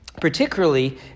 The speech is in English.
particularly